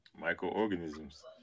Microorganisms